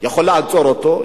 יכול לעצור אותו,